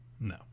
No